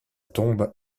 tombe